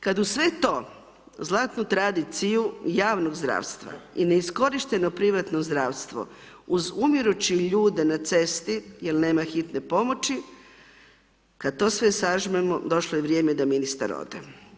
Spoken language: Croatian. Kad u sve zlatnu tradiciju javnog zdravstva i neiskorišteno privatno zdravstvo uz umirući ljude na cesti, jer nema hitne pomoći, kad sve to sažmemo došlo je vrijeme da ministar ode.